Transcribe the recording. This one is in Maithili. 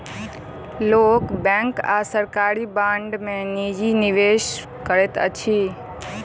लोक बैंक आ सरकारी बांड में निजी निवेश करैत अछि